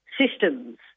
systems